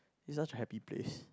is such a happy place